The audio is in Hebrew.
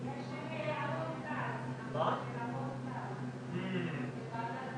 כי זה מאוד משפיע עליהם איך שייגזר סעיף 9. בלי שנוכל לבוא ולדון בזה בצורה עמוקה אחרי